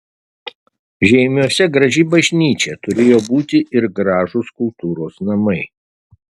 žeimiuose graži bažnyčia turėjo būti ir gražūs kultūros namai